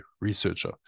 researcher